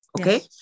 Okay